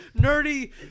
nerdy